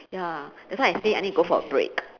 ya that's why I say I need go for a break